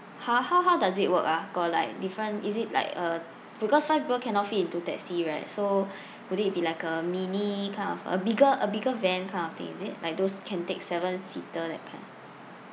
how how how does it work ah got like different is it like uh because five people cannot fit into taxi right so would it be like a mini kind of a bigger a bigger van kind of thing is it like those can take seven seater that kind